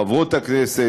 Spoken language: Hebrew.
חברות הכנסת,